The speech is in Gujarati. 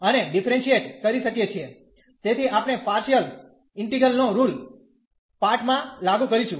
અને ડીફરેન્શીયેટ કરી શકીયે છીએ તેથી આપણે પારશીયેલ ઇન્ટીગ્રલ નો રુલ પાર્ટ માં લાગું કરીશું